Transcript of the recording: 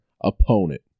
opponent